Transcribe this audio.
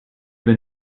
been